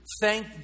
thank